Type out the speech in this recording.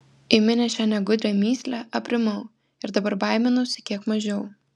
įminęs šią negudrią mįslę aprimau ir dabar baiminuosi kiek mažiau